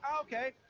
okay